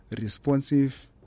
responsive